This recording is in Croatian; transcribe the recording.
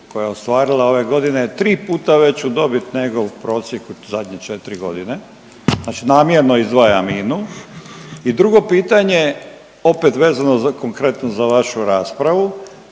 koja je ostvarila ove godine tri puta veću dobit nego u prosjeku zadnje 4.g., znači namjerno izdvajam INA-u? I drugo pitanje opet vezano za konkretno za vašu raspravu,